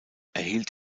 erhielt